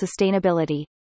sustainability